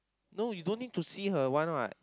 no you don't need to see her one what